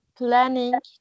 planning